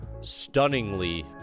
stunningly